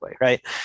right